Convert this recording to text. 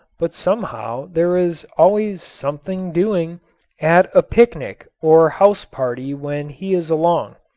but somehow there is always something doing at a picnic or house-party when he is along.